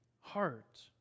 heart